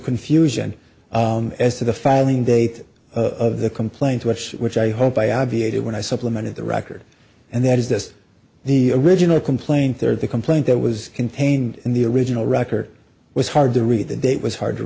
confusion as to the filing date of the complaint which which i hope i obviated when i supplemented the record and that is this the original complaint or the complaint that was contained in the original record was hard to read the date was hard to